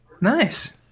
Nice